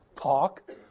talk